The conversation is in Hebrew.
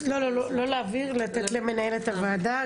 לתת למנהלת הוועדה.